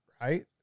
right